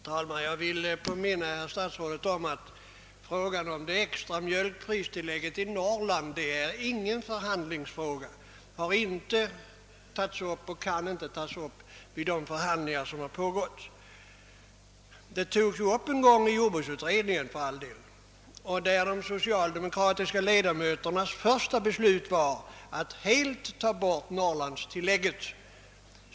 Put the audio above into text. Herr talman! Jag vill påminna herr statsrådet om att frågan om det extra mjölkpristillägget i Norrland inte är någon förhandlingsfråga. Den har inte tagits upp — och kunde inte tas upp — vid de förhandlingar som har pågått. Frågan behandlades för all del en gång i jordbruksutredningen, där de socialdemokratiska ledamöternas första beslut var att helt ta bort norrlandstilllägget.